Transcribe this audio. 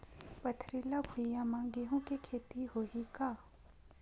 पथरिला भुइयां म गेहूं के खेती होही का?